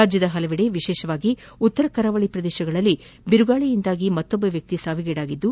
ರಾಜ್ಯದ ಹಲವೆಡೆ ವಿಶೇಷವಾಗಿ ಉತ್ತರ ಕರಾವಳಿ ಪ್ರದೇಶಗಳಲ್ಲಿ ಬಿರುಗಾಳಿಯಿಂದಾಗಿ ಇನ್ನೊಬ್ಬ ವ್ಯಕ್ತಿ ಸಾವಿಗೀಡಾಗಿದ್ದು